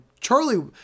Charlie